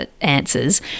answers